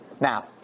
Now